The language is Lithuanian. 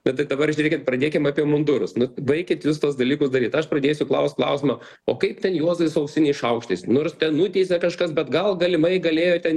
bet tai dabar žiūrėkit pradėkim apie mundurus nu baikit jūs tuos dalykus daryt aš pradėsiu klaust klausimo o kaip ten juozai su auksiniais šaukštais nors ten nuteisė kažkas bet gal galimai galėjot ten